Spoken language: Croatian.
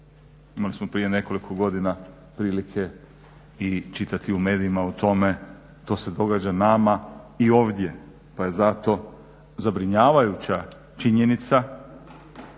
Imali smo prije nekoliko godina prilike i čitati u medijima o tome, to se događa nama i ovdje pa je zato zabrinjavajuća činjenica